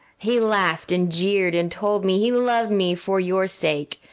he laughed and jeered, and told me he loved me for your sake,